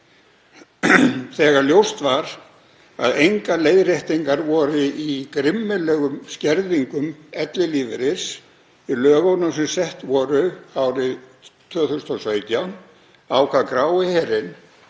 Þegar ljóst var að engar leiðréttingar voru í grimmilegum skerðingum ellilífeyris í lögunum sem sett voru árið 2017 ákvað grái herinn